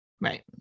Right